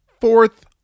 fourth